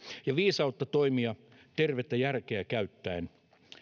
ja viisautta toimia tervettä järkeä käyttäen